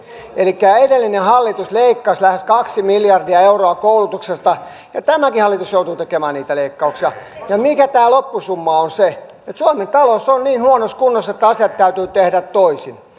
elikkä edellinen hallitus leikkasi lähes kaksi miljardia euroa koulutuksesta ja tämäkin hallitus joutuu tekemään niitä leikkauksia ja minkä loppusumma se on suomen talous on niin huonossa kunnossa että asiat täytyy tehdä toisin